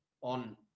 on